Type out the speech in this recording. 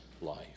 life